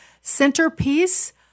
centerpiece